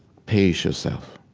pace yourself,